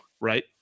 right